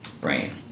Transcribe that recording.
Brain